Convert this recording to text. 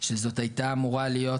שזאת הייתה אמורה להיות